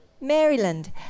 Maryland